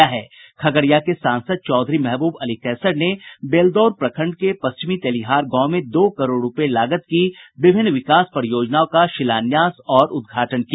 खगड़िया के सांसद चौधरी महबूब अली कैसर ने बेलदौर प्रखंड के पश्चिमी तेलिहार गांव में दो करोड़ रुपये लागत की विभिन्न विकास परियोजनाओं का शिलान्यास और उद्घाटन किया